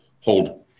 Hold